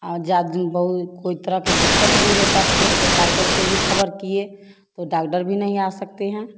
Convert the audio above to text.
औ जा जूं बहु कोय तरह के दिक्कत भी होता थो त डाकडर के भी खबर किए तो डागडर भी नहीं आ सकते हैं